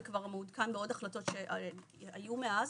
זה כבר מעודכן בעוד החלטות שהיו מאז.